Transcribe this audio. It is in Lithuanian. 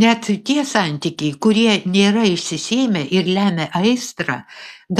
net tie santykiai kurie nėra išsisėmę ir lemia aistrą